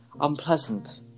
unpleasant